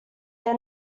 they